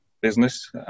business